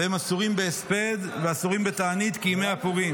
והם אסורין בהספד ותענית כימי הפורים.